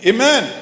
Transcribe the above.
Amen